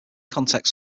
contexts